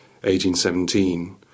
1817